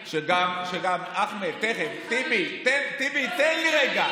שגם, אחמד, תכף, טיבי, תן לי רגע.